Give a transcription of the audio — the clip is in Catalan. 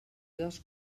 dos